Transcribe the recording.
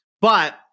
But-